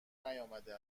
نیامده